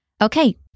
Okay